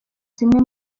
zimwe